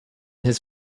his